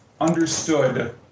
understood –